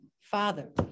father